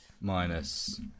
minus